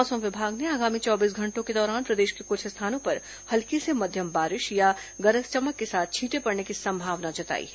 मौसम विभाग ने आगामी चौबीस घंटों के दौरान प्रदेश के कुछ स्थानों पर हल्की से मध्यम बारिश या गरज चमक के साथ छींटे पड़ने की संभावना जताई है